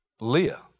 Leah